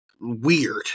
weird